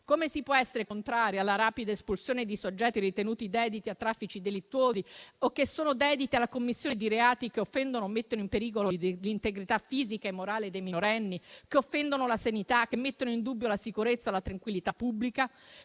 Come si può essere contrari alla rapida espulsione di soggetti ritenuti dediti a traffici delittuosi o che sono dediti alla commissione di reati che offendono o mettono in pericolo l'integrità fisica e morale dei minorenni, che offendono la sanità, che mettono in dubbio la sicurezza, la tranquillità pubblica?